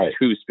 two